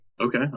Okay